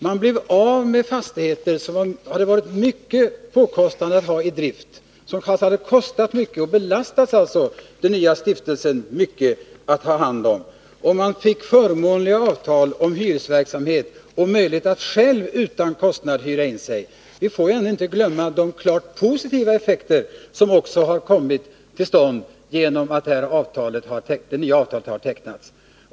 Man blev av med fastigheter som det hade kostat mycket att ha i drift och som kraftigt skulle ha belastat den nya stiftelsen, om denna skulle ha tagit hand om fastigheterna. Man fick förmånliga avtal om uthyrningsverksamhet och möjlighet att själv utan kostnad hyra in sig i fastigheterna. Vi får ändå inte glömma de klart positiva effekter som har uppkommit genom att det nya avtalet har tecknats.